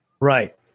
right